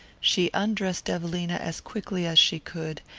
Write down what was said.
she undressed evelina as quickly as she could,